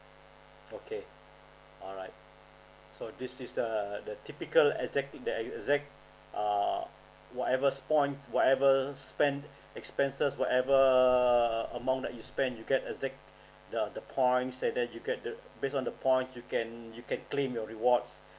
okay alright so this is the the typical exactly the exact err whatever points whatever spend expenses whatever amount that you spend you get exact the the points and then you get the based on the points you can you can claim your rewards